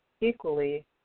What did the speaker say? equally